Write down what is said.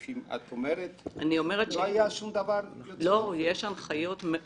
אני לא מדבר על המקום האישי.